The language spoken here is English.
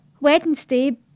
Wednesday